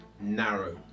narrow